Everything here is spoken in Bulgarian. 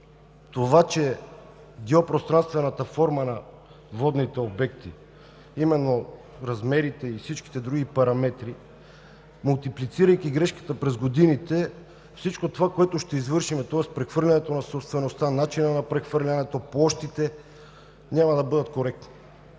че геопространствената форма на водните обекти, именно размерите и всичките други параметри, мултиплицирайки грешката през годините, всичко, което ще извършим, тоест прехвърлянето на собствеността, начинът на прехвърлянето, площите, няма да бъдат коректни.